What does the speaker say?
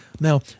Now